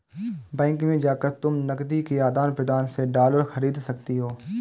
bank में जाकर तुम नकदी के आदान प्रदान से डॉलर खरीद सकती हो